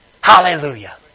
Hallelujah